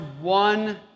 one